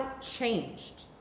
changed